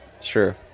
Sure